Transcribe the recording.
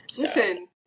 Listen